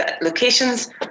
locations